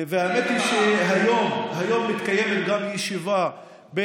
והאמת היא שהיום מתקיימת גם ישיבה של